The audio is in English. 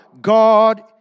God